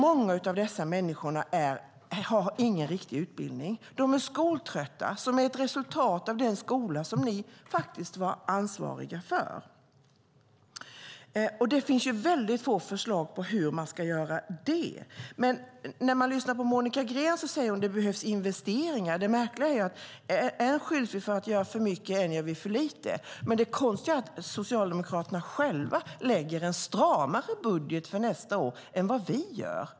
Många av dessa människor har ingen riktig utbildning. De är skoltrötta, och det är ett resultat av den skola som ni faktiskt var ansvariga för. Det finns väldigt få förslag på hur man ska komma åt det. Monica Green säger att det behövs investeringar. Det märkliga är att vi beskylls för att göra än för mycket, än för lite, men Socialdemokraterna själva lägger en stramare budget för nästa år än vad vi gör.